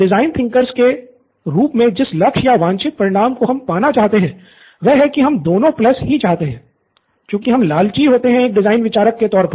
तो design thinkers के रूप में जिस लक्ष्य या वांछित परिणाम को हम पाना चाहते है वह है कि हम दोनों प्लस ही चाहते है चूंकि हम लालची होते हैं एक डिज़ाइन विचारक के तौर